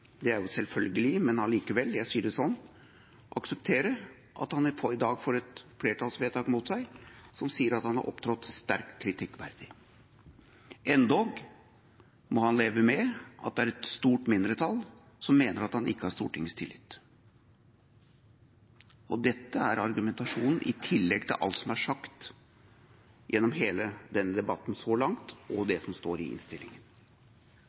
men allikevel, jeg sier det slik – må akseptere at han i dag får et flertallsvedtak mot seg som sier at han har opptrådt sterkt kritikkverdig, endog må han leve med at det er et stort mindretall som mener at han ikke har Stortingets tillit. Dette er en argumentasjon som kommer i tillegg til alt som er sagt gjennom hele denne debatten så langt, og det som står i